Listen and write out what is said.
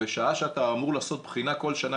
ושעה שאתה אמור לעשות בחינה כל שנה